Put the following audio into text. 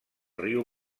riu